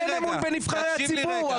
אין אמון בנבחרי הציבור,